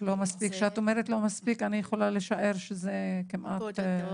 --- כשאת אומרת "לא מספיק" אני יכולה לשער שזה כמעט --- בודדות.